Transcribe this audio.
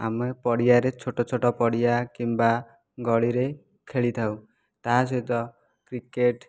ଆମ ପଡ଼ିଆରେ ଛୋଟ ଛୋଟ ପଡ଼ିଆ କିମ୍ବା ଗଳିରେ ଖେଳିଥାଉ ତାହା ସହିତ କ୍ରିକେଟ୍